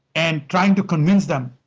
and trying to convince them,